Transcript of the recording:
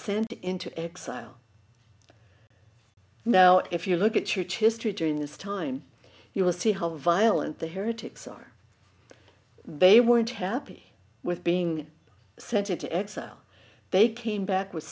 sent into exile now if you look at church history during this time you will see how violent the heretics are they weren't happy with being sent into exile they came back with